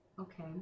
Okay